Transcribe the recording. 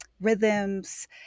rhythms